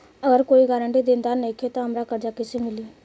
अगर कोई गारंटी देनदार नईखे त हमरा कर्जा कैसे मिली?